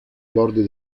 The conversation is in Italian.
bordi